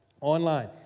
online